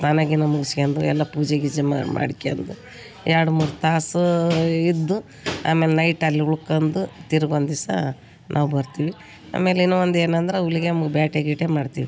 ಸ್ನಾನ ಗೀನ ಮುಗಿಸ್ಕೊಂಡು ಎಲ್ಲ ಪೂಜೆ ಗೀಜೆ ಮಾಡಿ ಮಾಡ್ಕೊಂಡು ಎರಡು ಮೂರು ತಾಸೂ ಇದ್ದು ಆಮೇಲೆ ನೈಟ್ ಅಲ್ಲಿ ಉಳ್ಕಂಡು ತಿರ್ಗಿ ಒಂದಿಸ ನಾವು ಬರ್ತೀವಿ ಆಮೇಲೆ ಇನ್ನು ಒಂದು ಏನಂದ್ರೆ ಹುಲಿಗೆಮ್ಮುಗ್ ಬೇಟೆ ಗೀಟೆ ಮಾಡ್ತೀವಿ